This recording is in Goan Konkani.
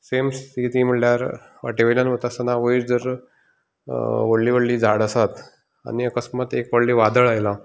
सेम स्थिती म्हणल्यार वाटे वयल्यान वतासतना वयर जर व्हडलीं व्हडलीं झाड आसात आनी अकस्मात एक व्हडलें वादळ आयलां